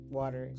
water